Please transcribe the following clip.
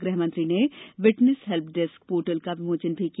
गृह मंत्री ने विटनेस हेल्प डेस्क पोर्टल का विमोचन भी किया